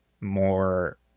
more